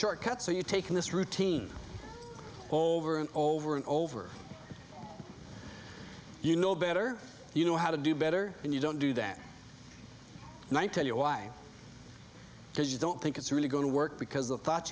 short cut so you take this routine over and over and over you know better you know how to do better and you don't do that one tell you why because you don't think it's really go to work because the thought